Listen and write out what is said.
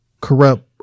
corrupt